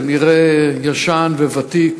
כנראה ישן וותיק,